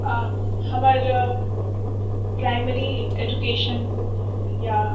हमर primary education या